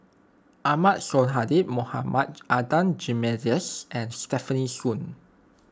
Ahmad Sonhadji Mohamad Adan Jimenez and Stefanie Sun